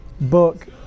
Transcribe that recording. book